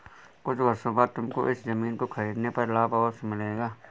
कुछ वर्षों बाद तुमको इस ज़मीन को खरीदने पर लाभ अवश्य मिलेगा